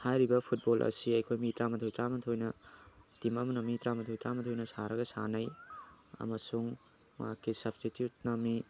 ꯍꯥꯏꯔꯤꯕ ꯐꯨꯠꯕꯣꯜ ꯑꯁꯤ ꯑꯩꯈꯣꯏ ꯃꯤ ꯇꯔꯥꯃꯥꯊꯣꯏ ꯇꯔꯥꯃꯥꯊꯣꯏꯅ ꯇꯤꯝ ꯑꯃꯅ ꯃꯤ ꯇꯔꯥꯃꯥꯊꯣꯏ ꯇꯔꯥꯃꯥꯊꯣꯏꯅ ꯁꯥꯔꯒ ꯁꯥꯟꯅꯩ ꯑꯃꯁꯨꯡ ꯃꯍꯥꯛꯀꯤ ꯁꯞꯁꯇꯤꯇ꯭ꯌꯨꯠꯅ ꯃꯤ